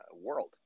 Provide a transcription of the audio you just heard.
world